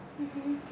mm